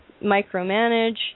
micromanage